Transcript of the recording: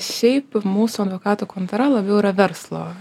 šiaip mūsų advokatų kontora labiau yra verslo